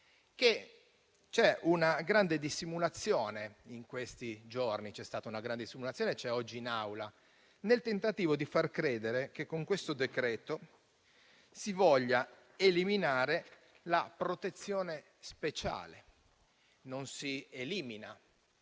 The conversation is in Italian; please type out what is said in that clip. una grande dissimulazione in questi giorni e c'è oggi in Aula, nel tentativo di far credere che con questo decreto si voglia eliminare la protezione speciale, anche se non si elimina